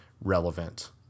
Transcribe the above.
relevant